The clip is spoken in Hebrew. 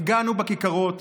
הפגנו בכיכרות,